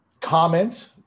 comment